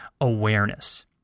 awareness